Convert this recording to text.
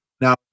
Now